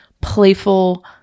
playful